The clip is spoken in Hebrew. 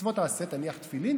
מצוות עשה: תניח תפילין,